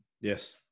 Yes